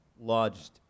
lodged